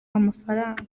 amafaranga